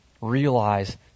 Realize